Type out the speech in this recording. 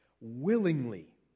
willingly